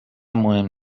مهم